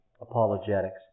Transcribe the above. apologetics